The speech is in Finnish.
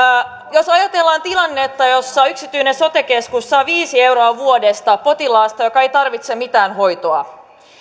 jos ajatellaan tilannetta jossa yksityinen sote keskus saa viisi euroa vuodessa potilaasta joka ei tarvitse mitään hoitoa